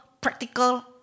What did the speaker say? practical